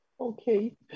Okay